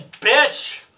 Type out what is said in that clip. Bitch